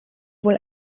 wohl